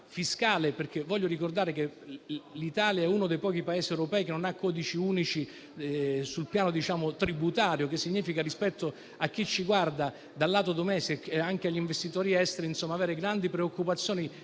fiscale. Voglio ricordare che l'Italia è uno dei pochi Paesi europei che non ha codici unici sul piano tributario. Il che significa, rispetto a chi ci guarda dal lato domestico e anche degli investitori esteri, avere grandi preoccupazioni